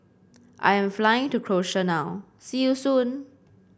I am flying to Croatia now see you soon